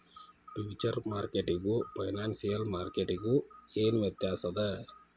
Future ಮಾರ್ಕೆಟಿಗೂ financial ಮಾರ್ಕೆಟಿಗೂ ಏನ್ ವ್ಯತ್ಯಾಸದ?